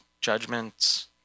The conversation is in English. judgments